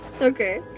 Okay